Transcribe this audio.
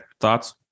thoughts